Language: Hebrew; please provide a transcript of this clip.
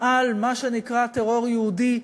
על מה שנקרא "טרור יהודי",